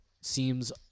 Seems